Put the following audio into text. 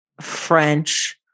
French